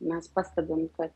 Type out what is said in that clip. mes pastebim kad